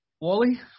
Wally